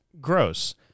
gross